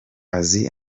azi